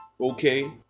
Okay